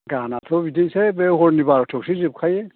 गानआथ' बिदिनोसै बे हरनि बार'थायावसो जोबखायो